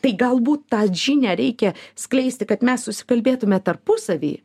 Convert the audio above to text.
tai galbūt tą žinią reikia skleisti kad mes susikalbėtume tarpusavy